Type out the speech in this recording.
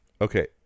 Okay